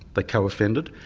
they co-offended,